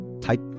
type